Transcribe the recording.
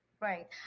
Right